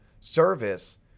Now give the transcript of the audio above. service